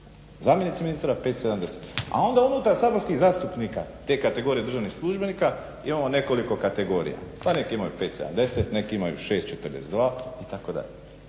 zamjenici ministra 5.70, a onda unutar saborskih zastupnika te kategorije državnih službenika imamo nekoliko kategorija pa neki imaju 5.70, neki imaju 6.42 itd.